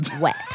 wet